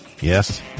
Yes